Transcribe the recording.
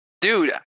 dude